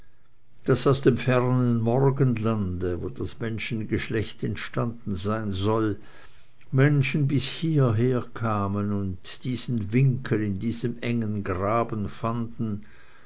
daß aus dem fernen morgenlande wo das menschengeschlecht entstanden sein soll menschen bis hieher kamen und diesen winkel in diesem engen graben fanden